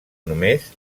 només